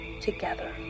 together